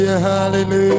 Hallelujah